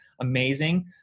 amazing